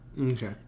Okay